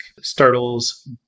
Startle's